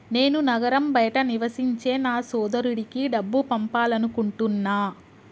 నేను నగరం బయట నివసించే నా సోదరుడికి డబ్బు పంపాలనుకుంటున్నా